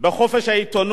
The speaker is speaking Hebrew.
בחופש העיתונות,